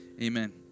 amen